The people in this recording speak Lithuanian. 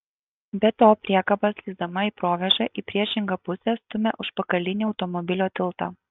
be to priekaba slysdama į provėžą į priešingą pusę stumia užpakalinį automobilio tiltą